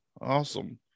Awesome